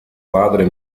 padre